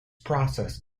process